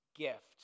gift